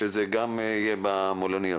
שזה גם יהיה במלוניות.